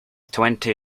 twenty